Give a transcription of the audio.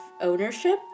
ownership